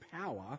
power